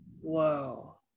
whoa